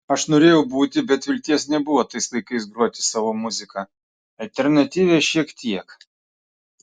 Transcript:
aš norėjau būti bet vilties nebuvo tais laikais groti savo muziką alternatyvią šiek tiek